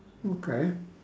okay